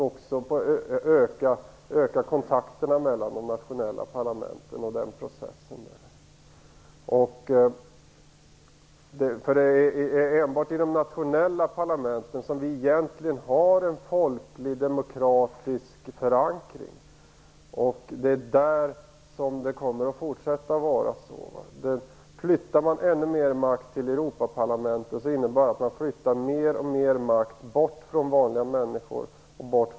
Också kontakterna mellan de nationella parlamenten och den processen bör ökas. Det är ju enbart i de nationella parlamenten som vi har en egentlig folklig, demokratisk förankring, och det är bara där som den kommer att finnas i fortsättningen. Om man flyttar ännu mer makt till Europaparlamentet, innebär det att man flyttar alltmer makt bort från vanliga människor.